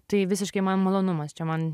tai visiškai man malonumas čia man